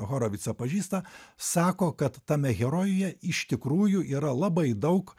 horovicą pažįsta sako kad tame herojuje iš tikrųjų yra labai daug